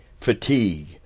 Fatigue